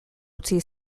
utzi